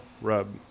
rub